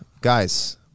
guys